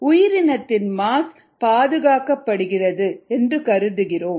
உயிரினத்தின் மாஸ் பாதுகாக்கப்படுகிறது என்று கருதுகிறோம்